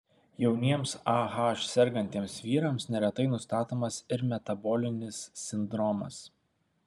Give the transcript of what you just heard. jauniems ah sergantiems vyrams neretai nustatomas ir metabolinis sindromas